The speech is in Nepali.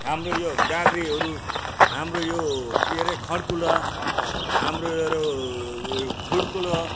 हाम्रो यो गाग्रीहरू हाम्रो यो के अरे खँड्कुला हाम्रो योहरू उयो खँड्कुलो